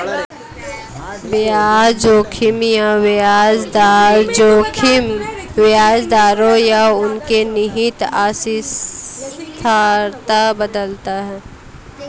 बाजार जोखिम में ब्याज दर जोखिम ब्याज दरों या उनके निहित अस्थिरता बदलता है